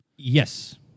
Yes